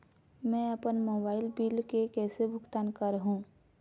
मैं अपन mobile bill के कैसे भुगतान कर हूं?